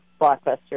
blockbuster